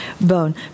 bone